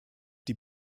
die